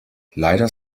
leider